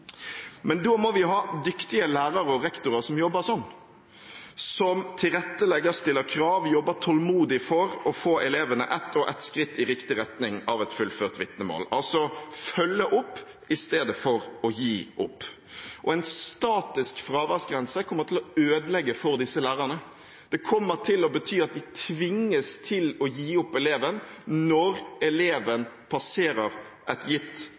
Men da må vi ha dyktige lærere og rektorer som jobber slik, som tilrettelegger, stiller krav, jobber tålmodig for å få elevene ett og ett skritt i riktig retning av et fullført vitnemål – altså å følge opp i stedet for å gi opp. En statisk fraværsgrense kommer til å ødelegge for disse lærerne. Det kommer til å bety at de tvinges til å gi opp eleven når eleven passerer et gitt